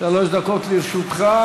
שלוש דקות לרשותך,